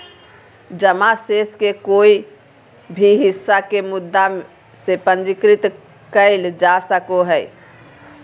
जमा शेष के कोय भी हिस्सा के मुद्दा से पूंजीकृत कइल जा सको हइ